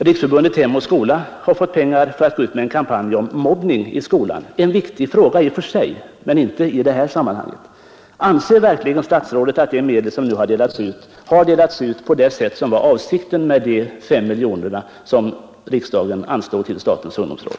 Riksförbundet Hem och skola har fått pengar för att gå ut med en kampanj om mobbning i skolan — en viktig fråga i och för sig, men inte i detta sammanhang. Anser verkligen statsrådet att de medel som nu delats ut har fördelats på det sätt som var avsikten med de 5 miljoner som riksdagen anslår till statens ungdomsråd?